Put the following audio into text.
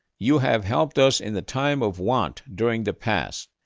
you have helped us in the time of want during the past.